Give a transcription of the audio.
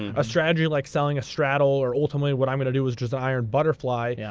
a strategy like selling a straddle, or ultimately what i'm going to do is just iron butterfly, yeah